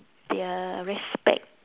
their respect